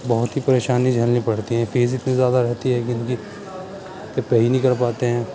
بہت ہی پریشانی جھیلنی پڑتی ہے فیس اتنی زیادہ رہتی ہے گند کی کہ پہ ہی نہیں کر پاتے ہیں